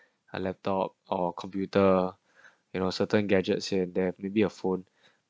a laptop or computer you know certain gadgets here and there maybe a phone